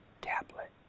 tablet